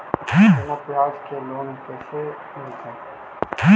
बिना ब्याज के लोन कैसे मिलतै?